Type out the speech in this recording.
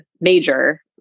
major